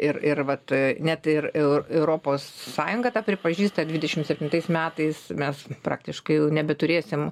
ir ir vat e net ir eu europos sąjunga tą pripažįsta dvidešimt septintais metais mes praktiškai jau nebeturėsim